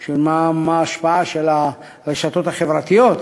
של ההשפעה של הרשתות החברתיות,